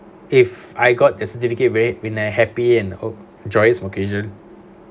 if I got the certificate where when they're happy and or joyous occasion